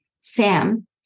Sam